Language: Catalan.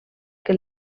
que